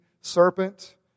serpent